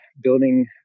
building